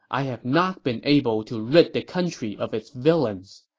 i have not been able to rid the country of its villains.